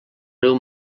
riu